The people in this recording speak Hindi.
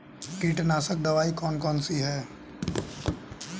कीटनाशक दवाई कौन कौन सी हैं?